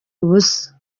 ubusa